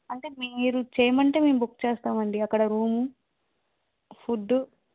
అంటే మీరు చేయమంటే మేము బుక్ చేస్తామండి అక్కడ రూము ఫుడ్డు